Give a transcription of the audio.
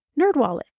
NerdWallet